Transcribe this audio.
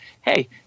hey